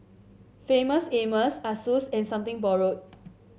Famous Amos Asus and Something Borrowed